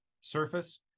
surface